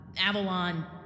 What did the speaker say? Avalon